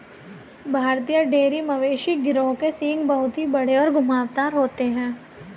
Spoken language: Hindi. भारतीय डेयरी मवेशी गिरोह के सींग बहुत ही बड़े और घुमावदार होते हैं